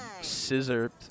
Scissor